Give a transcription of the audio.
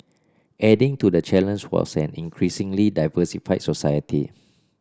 adding to the challenge was an increasingly diversified society